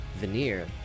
Veneer